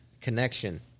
connection